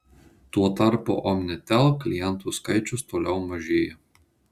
tuo tarpu omnitel klientų skaičius toliau mažėja